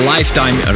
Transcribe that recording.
Lifetime